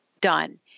done